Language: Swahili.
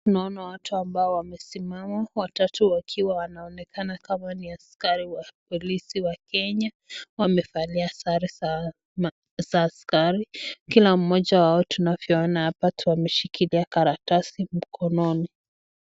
Naona watu ambao wamesimama watatu wakiwa wanaonekana, kama ni maskari wamevalia sare za waskari wa Kenya, kila moja wao tunapo waona anashikilia karatasi hili.